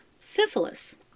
syphilis